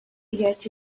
get